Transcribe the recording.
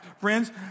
friends